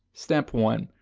step one.